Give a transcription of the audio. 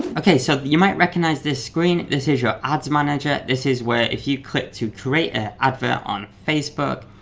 okay so you might recognise this screen, this is your ads manager, this is where if you click to create an advert on facebook,